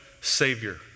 savior